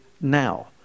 now